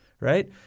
right